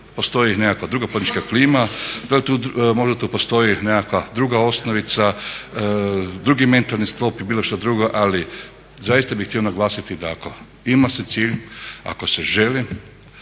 postoji nekakva druga poduzetnička klima, da li tu možda postoji nekakva druga osnovica, drugi mentalni sklop i bilo što drugo. Ali zaista bih htio naglasiti da ako ima se cilj, ako se želi